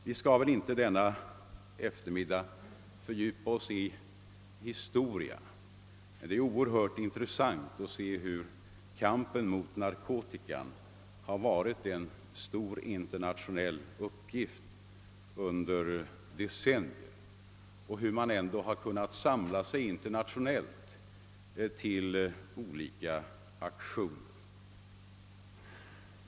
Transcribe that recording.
Vi skall väl inte denna eftermiddag fördjupa oss i historia, men det är oerhört intressant att kunna konstatera att kampen mot narkotikan varit en stor internationell uppgift under decennier och att man internationellt kunnat samla sig till olika aktioner.